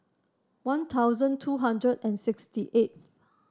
One Thousand two hundred and sixty eight